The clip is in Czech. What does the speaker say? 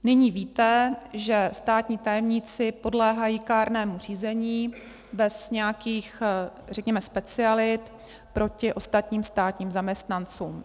Nyní víte, že státní tajemníci podléhají kárnému řízení bez nějakých, řekněme, specialit proti ostatním státním zaměstnancům.